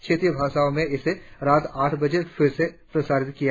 क्षेत्रीय भाषाओं में इसे रात आठ बजे फिर से प्रसारित किया जाएगा